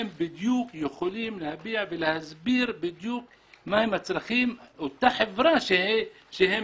הם יכולים להביע ולהסביר בדיוק מה הם הצרכים של אותה חברה שהם